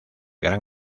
gran